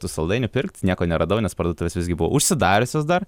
tų saldainių pirkt nieko neradau nes parduotuvės visgi buvo užsidariusios dar